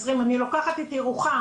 20. אני לוקחת את ירוחם,